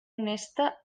honesta